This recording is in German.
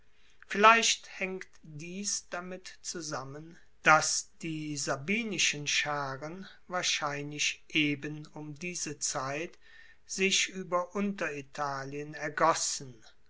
vielleicht haengt dies damit zusammen dass die sabinischen scharen wahrscheinlich eben um diese zeit sich ueber unteritalien ergossen